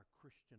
Christian